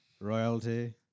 royalty